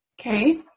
Okay